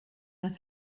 gonna